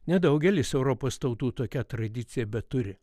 nedaugelis europos tautų tokią tradiciją beturi